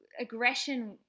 aggression